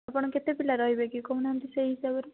ଆପଣ କେତେ ପିଲା ରହିବେ କି କହୁନାହାନ୍ତି ସେଇ ହିସାବରେ